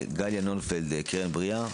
גלית נויפלד, קרן בריאה.